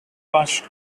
launched